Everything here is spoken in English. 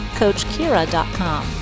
coachkira.com